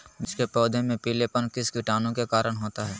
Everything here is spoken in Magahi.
मिर्च के पौधे में पिलेपन किस कीटाणु के कारण होता है?